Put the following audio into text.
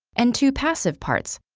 and two passive parts,